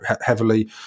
heavily